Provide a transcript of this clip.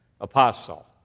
apostle